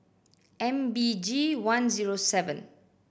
M B G one zero seven